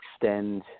extend